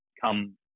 come